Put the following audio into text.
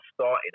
started